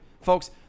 Folks